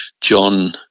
John